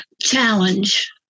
challenge